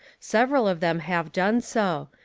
several of them have done so,